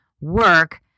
work